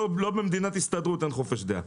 במדינת הסתדרות אין חופש דעה.